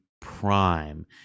prime